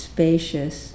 spacious